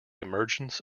emergence